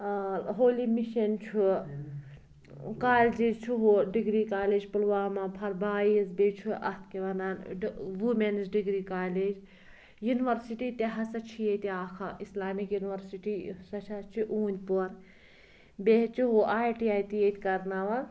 Holi mission چھُ colleges چھُ ہُہ degree college Pulwama for boys بیٚیہِ چھُ اَتھ کیٛاہ وَنان the women's degree college university تہِ ہَسا چھِ ییٚتہِ اَکھا اِسلامِک یوٗنیورسِٹی سۄ حَظ چھِ اوٗنٛتۍ پورٕ بیٚیہِ حَظ چھِ ہُہ آی ٹی آی ٹی ییٚتہِ کَرناوان